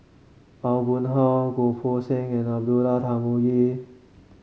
Aw Boon Haw Goh Poh Seng and Abdullah Tarmugi